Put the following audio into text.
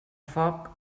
foc